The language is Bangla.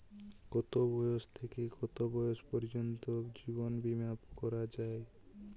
কতো বয়স থেকে কত বয়স পর্যন্ত জীবন বিমা করা যায়?